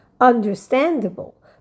understandable